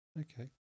Okay